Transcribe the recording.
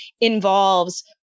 involves